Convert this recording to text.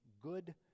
good